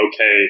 okay